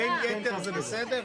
"בין היתר" זה בסדר?